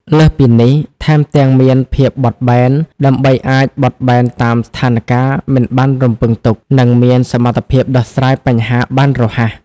លើសពីនេះ ថែមទាំងមានភាពបត់បែន ដើម្បីអាចបត់បែនតាមស្ថានការណ៍មិនបានរំពឹងទុក និងមានសមត្ថភាពដោះស្រាយបញ្ហាបានរហ័ស។